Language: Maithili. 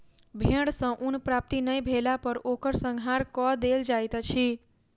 भेड़ सॅ ऊन प्राप्ति नै भेला पर ओकर संहार कअ देल जाइत अछि